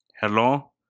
Hello